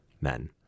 men